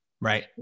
Right